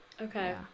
Okay